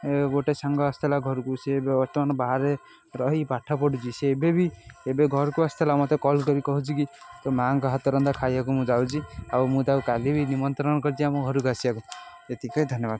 ଏ ଗୋଟେ ସାଙ୍ଗ ଆସିଥିଲା ଘରକୁ ସେ ବର୍ତ୍ତମାନ ବାହାରେ ରହି ପାଠ ପଢ଼ୁଛି ସେ ଏବେ ବି ଏବେ ଘରକୁ ଆସିଥିଲା ମୋତେ କଲ୍ କରିକି କହୁଛି କି ତୋ ମାଆଙ୍କ ହାତରନ୍ଧା ଖାଇବାକୁ ମୁଁ ଯାଉଛି ଆଉ ମୁଁ ତାକୁ କାଲି ବି ନିମନ୍ତ୍ରଣ କରିଛି ଆମ ଘରକୁ ଆସିବାକୁ ଏତିକି କହିକି ଧନ୍ୟବାଦ